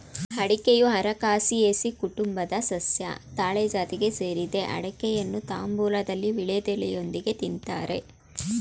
ಅಡಿಕೆಯು ಅರಕಾಸಿಯೆಸಿ ಕುಟುಂಬದ ಸಸ್ಯ ತಾಳೆ ಜಾತಿಗೆ ಸೇರಿದೆ ಅಡಿಕೆಯನ್ನು ತಾಂಬೂಲದಲ್ಲಿ ವೀಳ್ಯದೆಲೆಯೊಂದಿಗೆ ತಿನ್ತಾರೆ